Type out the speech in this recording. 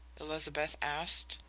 elizabeth asked.